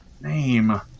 name